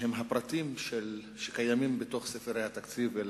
שהם הפרטים הקיימים בספרי התקציב.